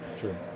Sure